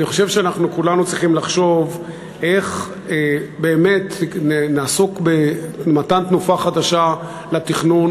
אני חושב שאנחנו כולנו צריכים לחשוב איך נעסוק במתן תנופה חדשה לתכנון,